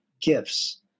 gifts